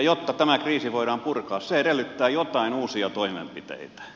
jotta tämä kriisi voidaan purkaa se edellyttää joitain uusia toimenpiteitä